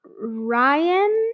Ryan